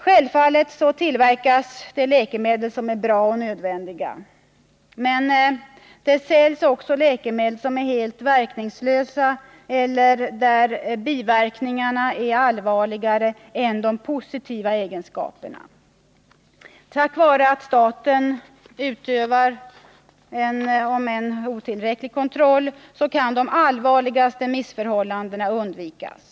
Självfallet tillverkas läkemedel som är bra och nödvändiga, men det säljs också läkemedel som är helt verkningslösa eller där biverkningarna är allvarligare än de positiva egenskaperna. Tack vare att staten utövar en, om än otillräcklig, kontroll kan de allvarligaste missförhållandena undvikas.